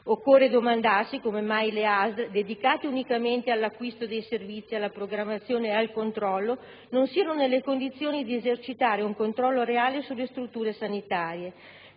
Occorre domandarsi come mai le ASL, dedicate unicamente all'acquisto dei servizi, alla programmazione e al controllo, non siano nelle condizioni di esercitare un controllo reale sulle strutture sanitarie